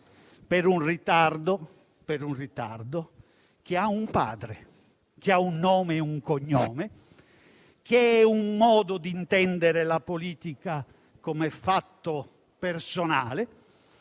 per un ritardo che ha un padre, un nome e un cognome, un modo di intendere la politica come fatto personale,